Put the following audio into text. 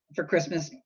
for christmas,